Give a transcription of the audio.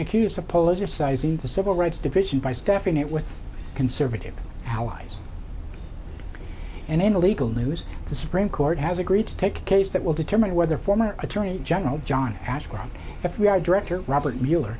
accused of polish your size in the civil rights division by stuffing it with conservative allies and in a legal news the supreme court has agreed to take a case that will determine whether former attorney general john ashcroft if we are director robert mueller